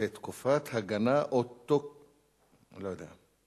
זה תקופת הגנה או, לא יודע.